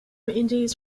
injuries